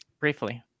Briefly